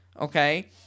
okay